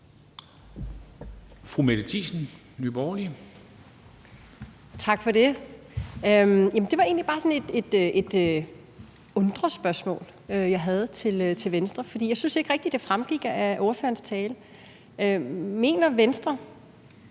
Mette Thiesen (NB): Tak for det. Jamen jeg har egentlig bare sådan et undrespørgsmål til Venstre, for jeg synes ikke rigtig, det fremgik af ordførerens tale: Mener Venstre,